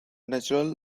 natural